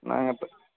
நாங்கள் இப்போ